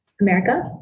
America